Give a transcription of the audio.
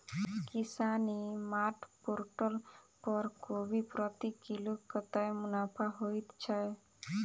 किसान e mart portal पर कोबी प्रति किलो कतै मुनाफा होइ छै?